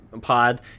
pod